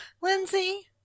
Lindsay